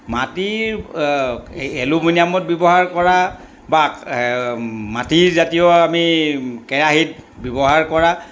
মাটিৰ এল এলোমনিয়ামত ব্যৱহাৰ কৰা বা মাটিৰ জাতীয় আমি কেৰাহীত ব্যৱহাৰ কৰা